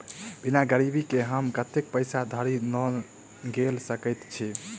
बिना गिरबी केँ हम कतेक पैसा धरि लोन गेल सकैत छी?